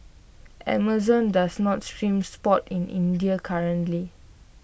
Amazon does not stream sports in India currently